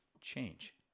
change